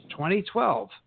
2012